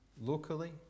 locally